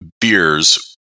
beers